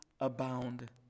abound